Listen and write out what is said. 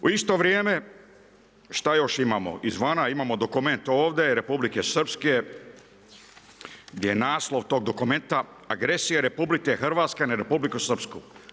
U isto vrijeme šta još imamo, iz vana imamo dokument ovdje, Republike Srpske, gdje je naslov tog dokumenta, agresije RH, na Republiku Srpsku.